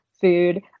food